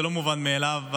זה לא מובן מאליו.